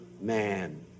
man